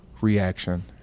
reaction